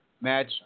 match